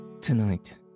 Tonight